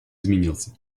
изменился